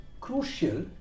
crucial